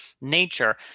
nature